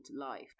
life